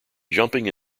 jumping